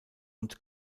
und